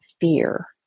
fear